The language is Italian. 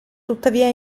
tuttavia